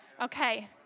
Okay